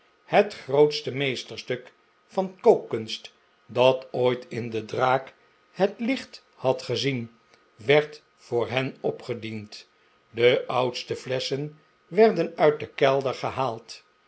het grootste meesterstuk van kookkunst dat ooit in de draak het licht had gezien werd voor hen opgediend de oudste flesschen werden uit den kelder gehaald